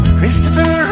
Christopher